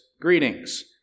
Greetings